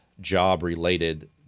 job-related